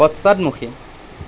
পশ্চাদমুখী